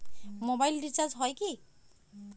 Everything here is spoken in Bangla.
মোবাইল রিচার্জ হয় কি?